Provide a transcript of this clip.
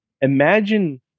imagine